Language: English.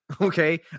Okay